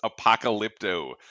apocalypto